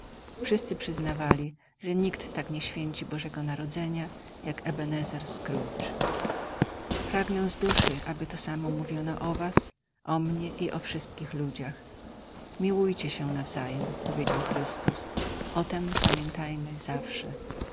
wszyscy przyznawali że nikt tak nie święci bożego narodzenia jak ebenezer scrooge pragnę z duszy aby to samo mówiono o was o mnie i o wszystkich ludziach tytuł